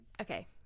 okay